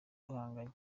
duhanganye